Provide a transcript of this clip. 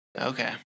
Okay